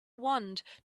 wand